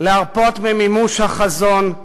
להרפות ממימוש החזון,